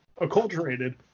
acculturated